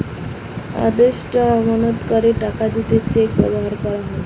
আদেষ্টা আমানতকারীদের টাকা দিতে চেক ব্যাভার কোরা হয়